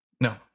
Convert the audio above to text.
No